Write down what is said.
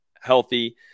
healthy